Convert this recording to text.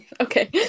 Okay